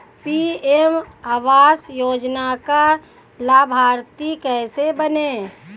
PM आवास योजना का लाभर्ती कैसे बनें?